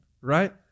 right